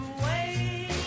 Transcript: away